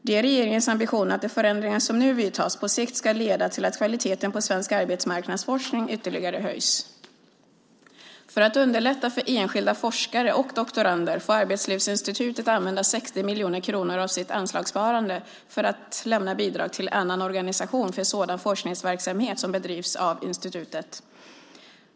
Det är regeringens ambition att de förändringar som nu vidtas på sikt ska leda till att kvaliteten på svensk arbetsmarknadsforskning ytterligare höjs. För att underlätta för enskilda forskare och doktorander får Arbetslivsinstitutet använda 60 miljoner kronor av sitt anslagssparande för att lämna bidrag till annan organisation för sådan forskningsverksamhet som bedrivs av institutet.